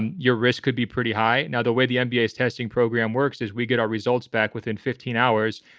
and your risk could be pretty high. now, the way the nba is testing program works is we get our results back within fifteen hours.